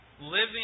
living